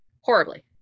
horribly